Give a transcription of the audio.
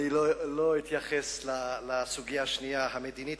אני לא אתייחס לסוגיה השנייה, המדינית.